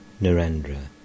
Narendra